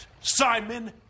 Simon